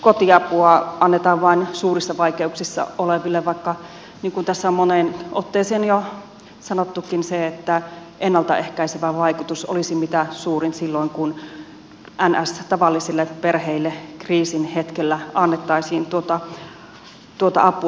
kotiapua annetaan vain suurissa vaikeuksissa oleville vaikka niin kuin tässä on moneen otteeseen jo sanottukin ennalta ehkäisevä vaikutus olisi mitä suurin silloin kun niin sanotuille tavallisille perheille kriisin hetkellä annettaisiin tuota apua